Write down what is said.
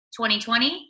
2020